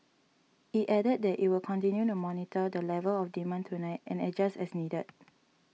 it added that it will continue to monitor the level of demand tonight and adjust as needed